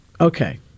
Okay